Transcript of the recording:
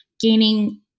gaining